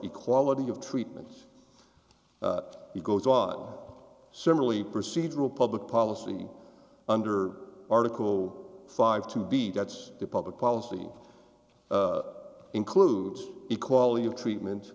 equality of treatment he goes on similarly procedural public policy under article five to be that's the public policy includes equality of treatment